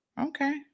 Okay